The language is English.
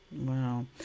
Wow